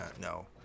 no